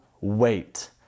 wait